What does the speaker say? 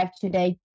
today